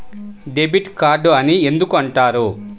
Debit card అని ఎందుకు అంటారు?